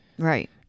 Right